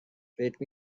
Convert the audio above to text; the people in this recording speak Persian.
فکر